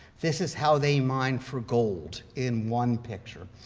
this is how they mined for gold in one picture.